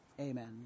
Amen